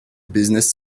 business